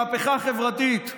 מהפכה חברתית,